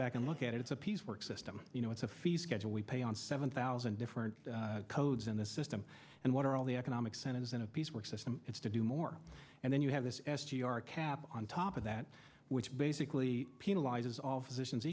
back and look at it it's a piece work system you know it's a fee schedule we pay on seven thousand different codes in the system and what are all the economics and incentive piece work system it's to do more and then you have this s g r cap on top of that which basically penalizes all physicians